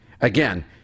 Again